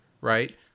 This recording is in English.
right